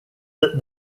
that